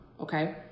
okay